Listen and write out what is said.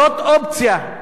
זאת אופציה.